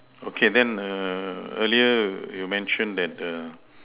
okay then err earlier you mentioned that err